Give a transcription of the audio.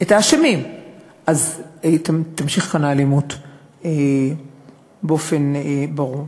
אז תמשיך כאן האלימות באופן ברור.